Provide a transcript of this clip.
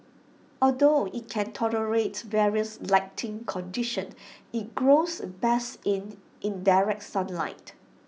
although IT can tolerate various lighting conditions IT grows best in indirect sunlight